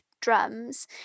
drums